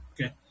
Okay